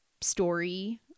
story